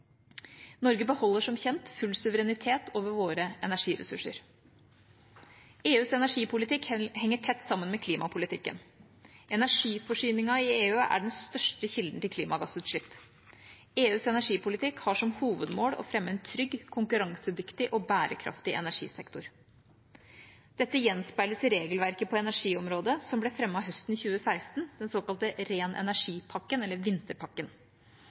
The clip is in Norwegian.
Norge beholder som kjent full suverenitet over våre energiressurser. EUs energipolitikk henger tett sammen med klimapolitikken. Energiforsyningen i EU er den største kilden til klimagassutslipp. EUs energipolitikk har som hovedmål å fremme en trygg, konkurransedyktig og bærekraftig energisektor. Dette gjenspeiles i regelverket på energiområdet som ble fremmet høsten 2016, den såkalte ren energi-pakken, eller